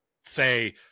say